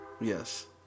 Yes